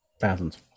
thousands